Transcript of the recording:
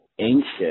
anxious